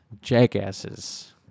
jackasses